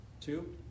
two